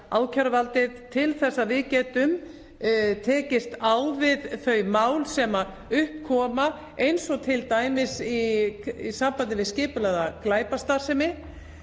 ákæruvaldið til þess að við getum tekist á við þau mál sem upp koma, eins og t.d. í sambandi við skipulagða glæpastarfsemi